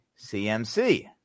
CMC